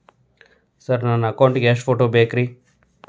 Sir account ಗೇ ಎಷ್ಟು photo ಬೇಕ್ರಿ?